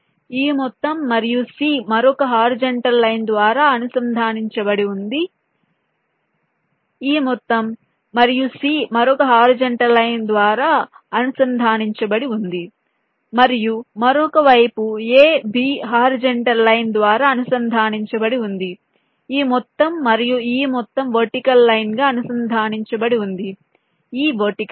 ఈ మొత్తం మరియు c మరొక హారిజాంటల్ లైన్ ద్వారా అనుసంధానించబడి ఉంది ఈ మొత్తం మరియు c మరొక హారిజాంటల్ లైన్ ద్వారా అనుసంధానించబడి ఉంది మరియు మరొక వైపు a b హారిజాంటల్ లైన్ ద్వారా అనుసంధానించబడి ఉంది ఈ మొత్తం మరియు ఈ మొత్తం వర్టికల్ లైన్ గా అనుసంధానించబడి ఉంది ఈ వర్టికల్ లైన్